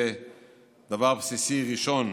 זה דבר בסיסי ראשון,